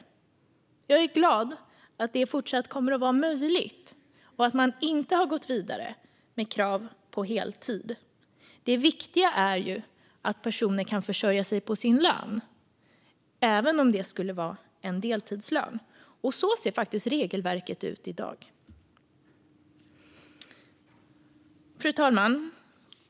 Jag är glad att det fortsatt kommer att vara möjligt och att man inte har gått vidare med krav på heltid. Det viktiga är ju att personer kan försörja sig på sin lön även om det skulle vara en deltidslön. Och så ser faktiskt regelverket ut i dag. Fru talman!